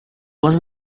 was